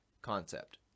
concept